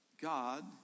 God